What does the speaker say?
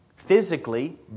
physically